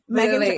Megan